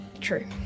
True